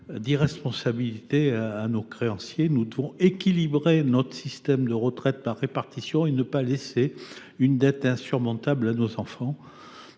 d’irresponsabilité à nos créanciers. Nous devons équilibrer notre système de retraite par répartition et ne pas laisser une dette insurmontable à nos enfants.